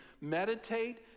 meditate